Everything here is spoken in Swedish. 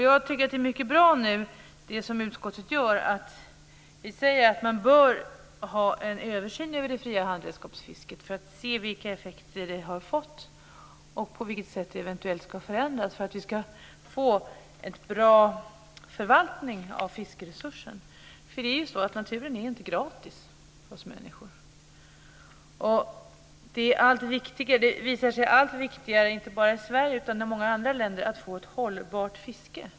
Jag tycker att det är mycket bra att utskottet nu säger att man bör göra en översyn över det fria handredskapsfisket för att se vilka effekter det har fått och på vilket sätt det eventuellt ska förändras för att vi ska få en bra förvaltning av fiskeresurserna. Naturen är inte gratis för oss människor. Det visar sig allt viktigare, inte bara i Sverige utan också i många andra länder, att få ett hållbart fiske.